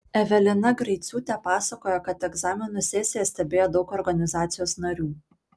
evelina greiciūtė pasakojo kad egzaminų sesiją stebėjo daug organizacijos narių